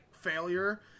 failure